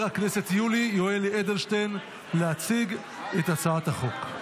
הכנסת יולי יואל אדלשטיין להציג את הצעת החוק.